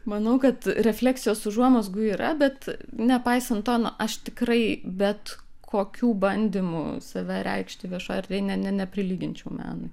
manau kad refleksijos užuomazgų yra bet nepaisant to nu aš tikrai bet kokių bandymų save reikšti viešoj erdvėj ne neprilyginčiau menui